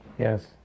Yes